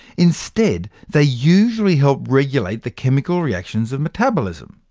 instead, they usually help regulate the chemical reactions of metabolism.